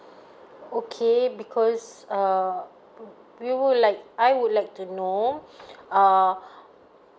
okay because uh we would like I would like to know uh